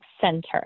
center